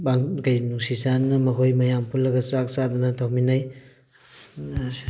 ꯅꯨꯡꯁꯤ ꯆꯥꯟꯅꯅ ꯃꯈꯣꯏ ꯃꯌꯥꯝ ꯄꯨꯜꯂꯒ ꯆꯥꯛ ꯆꯥꯗꯨꯅ ꯇꯧꯃꯤꯟꯅꯩ